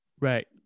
Right